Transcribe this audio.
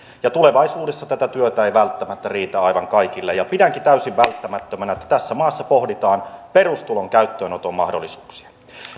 tulevaisuudessa tätä työtä ei välttämättä riitä aivan kaikille ja pidänkin täysin välttämättömänä että tässä maassa pohditaan perustulon käyttöönoton mahdollisuuksia